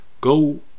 go